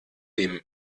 dem